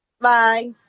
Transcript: Bye